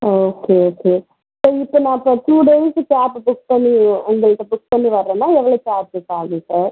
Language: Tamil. ஓ ஓகே ஓகே சரி இப்போ நான் இப்போ டூ டேஸுக்கு கேப் புக் பண்ணி உங்கள்ட்ட புக் பண்ணி வர்றேன்னா எவ்வளோ சார்ஜஸ் ஆகும் சார்